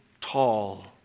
tall